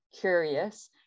curious